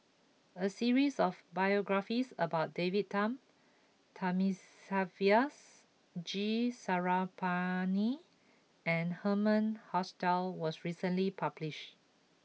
a series of biographies about David Tham Thamizhavels G Sarangapani and Herman Hochstadt was recently published